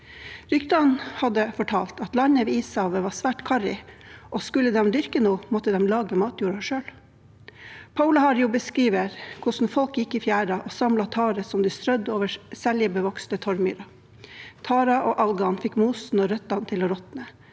Ryktene hadde fortalt at landet ved ishavet var svært karrig, og skulle de dyrke noe, måtte de lage matjorda selv. Paulaharju beskriver hvordan folk gikk i fjæra og samlet tare som de strødde over seljebevokste torvmyrer. Taren og algene fikk mosen og røttene til å råtne.